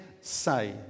say